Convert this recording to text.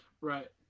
Right